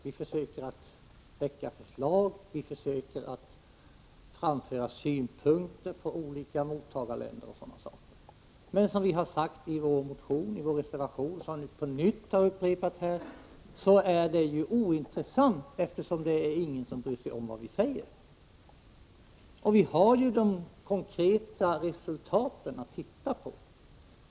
Vi försöker att väcka förslag, vi försöker att framföra synpunkter på olika mottagarländer och sådana saker. Men som vi har sagt i vår reservation, vilket jag på nytt upprepat här, är det ointressant, eftersom ingen bryr sig om vad vi säger. Vi har de konkreta resultaten att titta på.